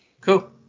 Cool